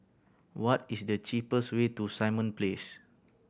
what is the cheapest way to Simon Place